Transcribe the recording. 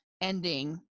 ending